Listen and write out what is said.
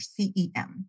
CEM